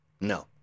No